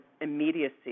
immediacy